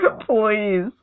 Please